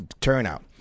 turnout